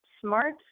smart